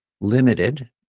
limited